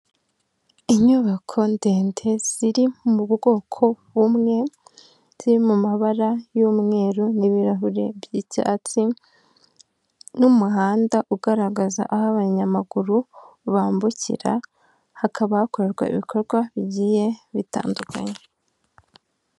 Inyubako ndende ziri mu bwoko bumwe, ziri mu mabara y'umweru n'ibirahure by'icyatsi n'umuhanda ugaragaza aho abanyamaguru bambukira, hakaba hakorerwa ibikorwa bigiye bitandukanye.